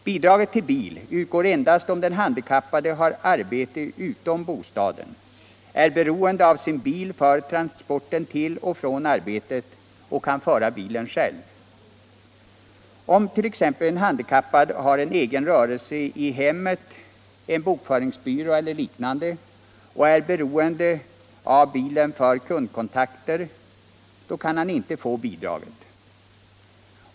Bidraget till bil utgår endast om den handikappade har arbete utom bostaden, är beroende av sin bil för transporten till och från arbetet och kan föra bilen själv. Om t.ex. en handikappad har en egen rörelse i hemmet, en bokföringsbyrå eller liknande, och är beroende av bilen för kundkontakter, så kan han inte få bidraget.